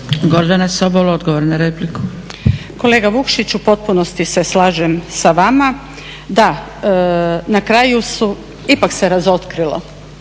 **Sobol, Gordana (SDP)** Kolega Vukšić u potpunosti se slažem s vama. Da, na kraju ipak se razotkrilo,